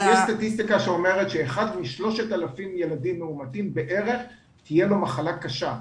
יש סטטיסטיקה שאומרת שבערך לאחד מ-3,000 ילדים מאומתים תהיה מחלה קשה.